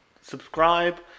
subscribe